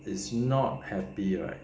is not happy right